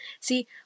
see